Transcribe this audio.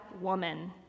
woman